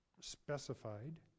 specified